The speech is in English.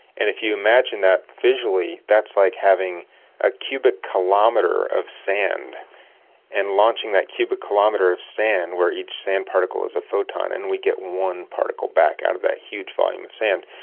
and if you imagine that visually, that's like having a cubic kilometre of sand and launching that cubic kilometre of sand where each sand particle is a photon, and we get one particle back out of that huge volume of sand.